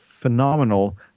phenomenal